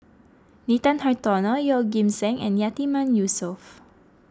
Nathan Hartono Yeoh Ghim Seng and Yatiman Yusof